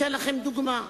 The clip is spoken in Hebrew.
אתן לכם דוגמה: